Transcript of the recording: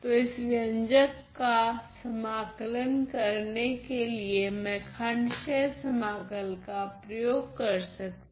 तो इस व्यंजक का समाकलन करने के लिए मैं खण्डशह समाकल का प्रयोग कर सकती हूँ